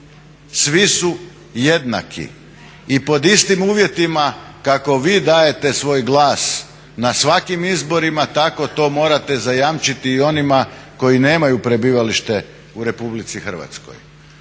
Svi su jednaki i pod istim uvjetima kako vi dajete svoj glas na svakim izborima tako to morate zajamčiti i onima koji nemaju prebivalište u RH. Sada još